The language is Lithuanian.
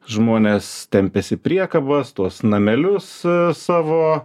žmonės tempiasi priekabas tuos namelius savo